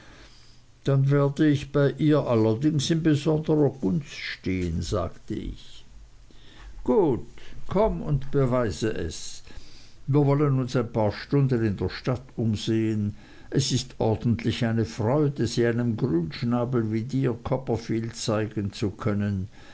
dann werde ich bei ihr allerdings in besonderer gunst stehen sagte ich gut komm und beweise es wir wollen uns ein paar stunden in der stadt umsehen es ist ordentlich eine freude sie einem grünschnabel wie dir copperfield zeigen zu können